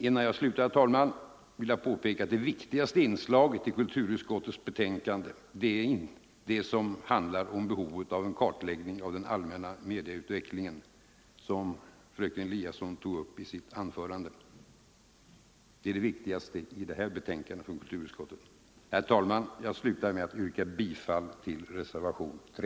Innan jag slutar mitt anförande, herr talman, vill jag påpeka att det viktigaste inslaget i kulturutskottets betänkande är det som handlar om behovet av en kartläggning av den allmänna medieutvecklingen, som fröken Eliasson tog upp i sitt anförande. Den saken är det viktigaste i det här betänkandet från kulturutskottet. Herr talman! Jag vill sluta med att yrka bifall till reservationen 3.